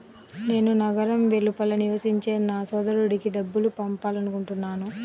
నేను నగరం వెలుపల నివసించే నా సోదరుడికి డబ్బు పంపాలనుకుంటున్నాను